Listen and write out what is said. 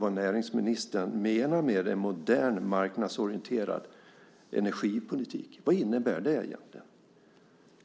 vad näringsministern menar med en modern marknadsorienterad energipolitik. Vad innebär det egentligen?